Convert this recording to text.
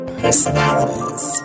personalities